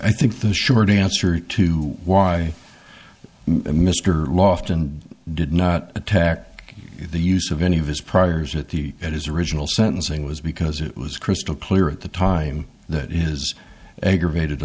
i think the short answer to why mr loft and did not attack the use of any of his priors at the at his original sentencing was because it was crystal clear at the time that is egger baited